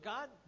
God